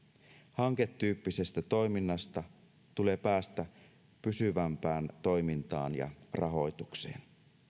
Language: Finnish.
hanketyyppisestä toiminnasta tulee päästä pysyvämpään toimintaan ja rahoitukseen